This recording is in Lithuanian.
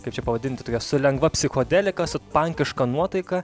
kaip čia pavadinti tokia su lengva psichodelika su pankiška nuotaika